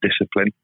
discipline